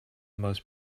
most